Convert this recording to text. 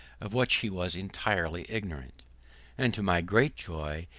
of which he was entirely ignorant and, to my great joy,